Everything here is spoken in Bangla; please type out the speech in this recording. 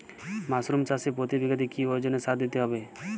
মাসরুম চাষে প্রতি বিঘাতে কি ওজনে সার দিতে হবে?